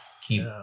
keep